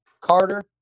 Carter